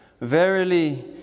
Verily